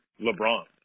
LeBron